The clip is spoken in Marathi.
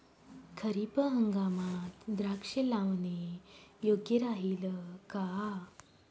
खरीप हंगामात द्राक्षे लावणे योग्य राहिल का?